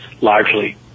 largely